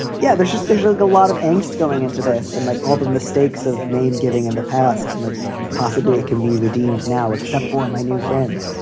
yeah. there's just there's like a lot of angst going into this and like all the mistakes of name giving in the past and like possibly it can be redeemed now. except for my new friend.